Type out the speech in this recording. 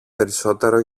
περισσότερο